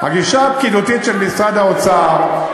הגישה הפקידותית של משרד האוצר,